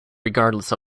regardless